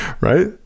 right